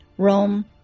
Rome